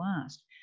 last